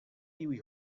tiuj